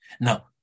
Now